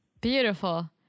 Beautiful